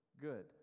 good